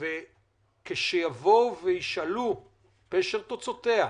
כשיבואו וישאלו פשר תוצאותיה,